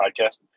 podcast